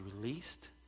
released